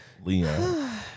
Leon